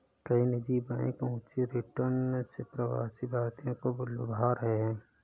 कई निजी बैंक ऊंचे रिटर्न से प्रवासी भारतीयों को लुभा रहे हैं